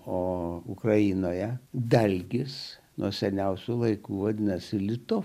o ukrainoje dalgis nuo seniausių laikų vadinasi litu